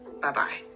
Bye-bye